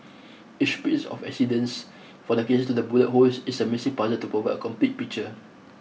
each piece of evidence from the cases to the bullet holes is a missing puzzle to provide a complete picture